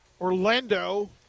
Orlando